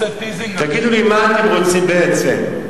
תגידו לי מה אתם רוצים בעצם.